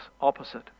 opposite